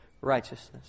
righteousness